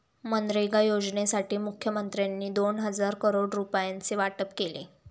मनरेगा योजनेसाठी मुखमंत्र्यांनी दोन हजार करोड रुपयांचे वाटप केले